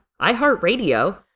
iHeartRadio